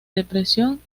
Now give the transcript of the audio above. depresión